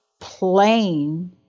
plain